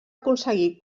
aconseguir